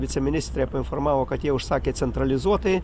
viceministrė painformavo kad jau užsakė centralizuotai